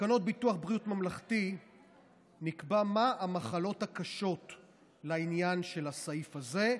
בתקנות ביטוח בריאות ממלכתי נקבע מהן המחלות הקשות לעניין של הסעיף הזה,